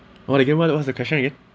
what again what the what's the question again